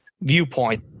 viewpoint